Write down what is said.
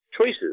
choices